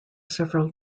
several